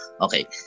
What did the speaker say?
Okay